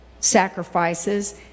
sacrifices